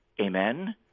Amen